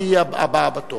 את תהיי הבאה בתור.